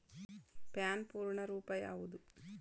PAN ಪೂರ್ಣ ರೂಪ ಯಾವುದು?